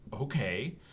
Okay